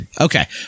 Okay